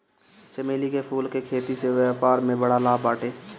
चमेली के फूल के खेती से व्यापार में बड़ा लाभ बाटे